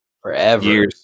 forever